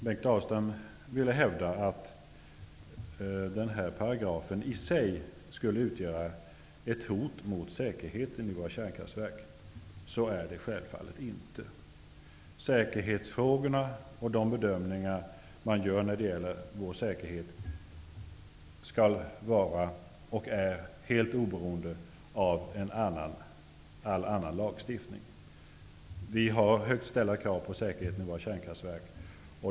Han hävdade att denna paragraf i sig skulle utgöra ett hot mot säkerheten i våra kärnkraftverk. Så är det sjävfallet inte. De bedömningar man gör när det gäller säkerheten skall vara och är helt oberoende av all annan lagstiftning. Vi har högt ställda krav på säkerheten i våra kärnkraftverk.